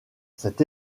cet